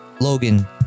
Logan